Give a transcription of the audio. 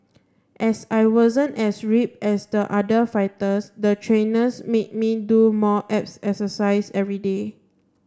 as I wasn't as rip as the other fighters the trainers made me do more abs exercise everyday